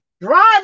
drive